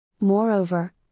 Moreover